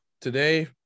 Today